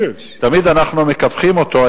תמיד אנחנו מקפחים אותו,